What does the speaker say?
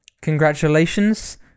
congratulations